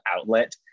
outlet